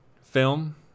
film